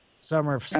Summer